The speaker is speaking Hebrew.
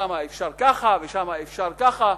שם אפשר ככה ושם אפשר ככה,